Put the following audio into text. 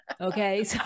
Okay